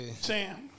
Sam